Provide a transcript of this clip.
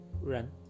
run